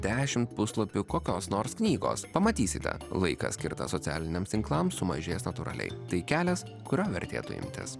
dešim puslapių kokios nors knygos pamatysite laikas skirtas socialiniams tinklams sumažės natūraliai tai kelias kurio vertėtų imtis